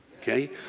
okay